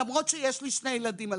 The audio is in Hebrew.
למרות שיש לי שני ילדים על